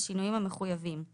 בשינויים המחויבים;